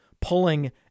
pulling